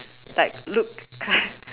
like look